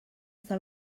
està